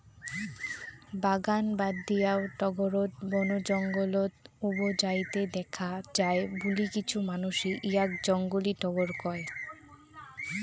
বাগান বাদ দিয়াও টগরক বনজঙ্গলত উবজাইতে দ্যাখ্যা যায় বুলি কিছু মানসি ইয়াক জংলী টগর কয়